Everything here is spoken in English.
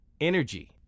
energy